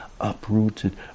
uprooted